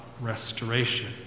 restoration